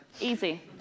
Easy